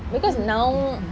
because now